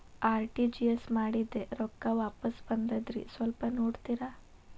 RTGS ಮಾಡಿದ್ದೆ ರೊಕ್ಕ ವಾಪಸ್ ಬಂದದ್ರಿ ಸ್ವಲ್ಪ ನೋಡ್ತೇರ?